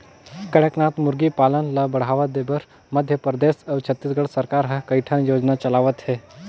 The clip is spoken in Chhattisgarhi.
कड़कनाथ मुरगी पालन ल बढ़ावा देबर मध्य परदेस अउ छत्तीसगढ़ सरकार ह कइठन योजना चलावत हे